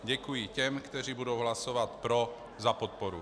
Děkuji těm, kteří budou hlasovat pro, za podporu.